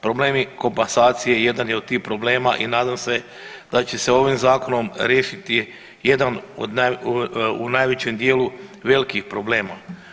Problemi komasacije jedan je od tih problema i nadam se da će se ovim zakonom riješiti jedan u najvećem dijelu velikih problema.